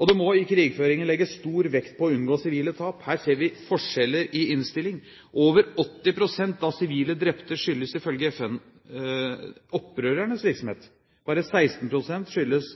Og det må i krigføringen legges stor vekt på å unngå sivile tap. Her ser vi forskjeller i innstilling – over 80 pst. av sivile drepte skyldes, ifølge FN, opprørernes virksomhet. Bare 16 pst. skyldes